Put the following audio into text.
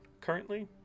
currently